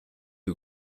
who